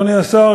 אדוני השר,